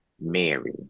Mary